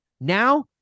Now